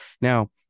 Now